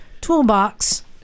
toolbox